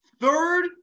third